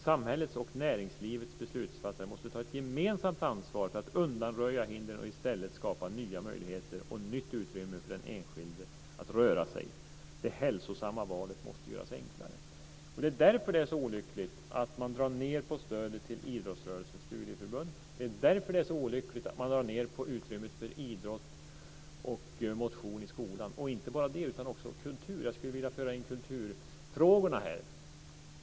Samhällets och näringslivets beslutsfattare måste ta ett gemensamt ansvar för att undanröja hindren och i stället skapa nya möjligheter och nytt utrymme för den enskilde att röra sig. Det hälsosamma valet måste göras enklare." Det är därför det är så olyckligt att man drar ned på stödet till idrottsrörelsens studieförbund. Det är därför det är så olyckligt att man drar ned på utrymmet för idrott och motion i skolan. Det gäller också kultur. Jag skulle vilja föra in kulturfrågorna här.